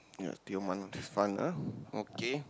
ya Tioman is fun ah okay